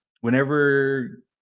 whenever